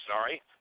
sorry